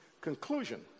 Conclusion